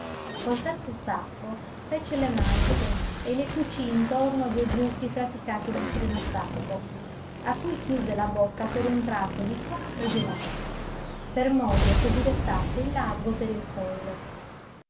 col terzo sacco fece le maniche e le cucì intorno a due buchi praticati nel primo sacco a cui chiuse la bocca per un tratto di qua e di là per modo che vi restasse il largo per il collo